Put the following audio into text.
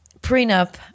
prenup